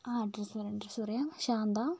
ആ അഡ്രസ്സ് പറയാം അഡ്രസ്സ് പറയാം ശാന്താ